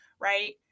Right